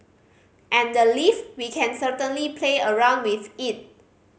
and the leave we can certainly play around with it